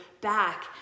back